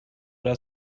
oder